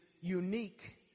unique